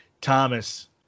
Thomas